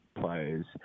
players